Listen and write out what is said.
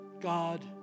God